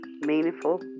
meaningful